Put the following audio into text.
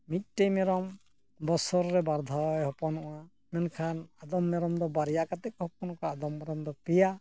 ᱢᱤᱫᱴᱮᱱ ᱢᱮᱨᱚᱢ ᱵᱚᱥᱚᱨ ᱨᱮ ᱵᱟᱨ ᱫᱷᱟᱣᱮ ᱦᱚᱯᱚᱱᱚᱜᱼᱟ ᱢᱮᱱᱠᱷᱟᱱ ᱟᱫᱚᱢ ᱢᱮᱨᱚᱢ ᱫᱚ ᱵᱟᱨᱭᱟ ᱠᱟᱛᱮ ᱠᱚ ᱦᱚᱯᱚᱱ ᱠᱚᱣᱟ ᱟᱫᱚᱢ ᱢᱮᱨᱚᱢ ᱫᱚ ᱯᱮᱭᱟ